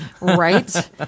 right